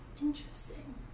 Interesting